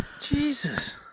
jesus